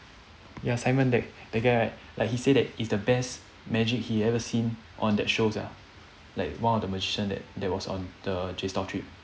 ya simon that that guy right like he said that it's the best magic he ever seen on that show sia like one of the magician that that was on the J-style trip